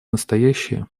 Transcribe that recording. настоящее